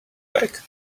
back